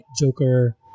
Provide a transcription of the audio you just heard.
joker